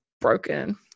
broken